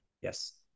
Yes